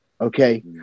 Okay